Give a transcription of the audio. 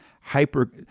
hyper